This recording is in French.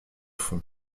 fond